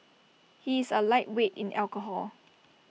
he is A lightweight in alcohol